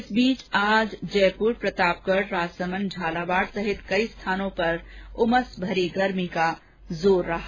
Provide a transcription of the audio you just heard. इस बीच आज जयपुर प्रतापगढ़ राजसमंद झालावाड सहित कई स्थानों पर उमस भरी गर्मी का जोर रहा